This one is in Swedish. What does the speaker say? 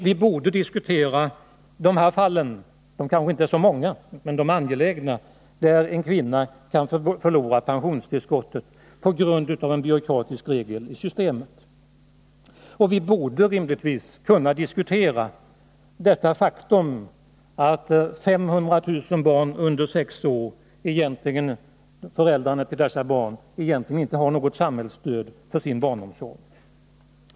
Vi borde diskutera de fall — de kanske 49 inte är så många, men de är angelägna — där en kvinna kan gå miste om pensionstillskottet på grund av en byråkratisk regel i systemet. Och vi borde rimligtvis kunna diskutera det faktum att föräldrarna till 500 000 barn under sex år egentligen inte har något stöd för sin barnomsorg.